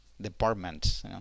departments